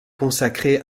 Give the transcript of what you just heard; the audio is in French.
consacrées